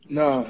no